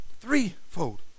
Threefold